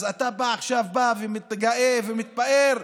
אז אתה עכשיו בא ומתגאה ומתפאר?